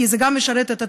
כי זה גם משרת את הציבור,